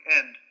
end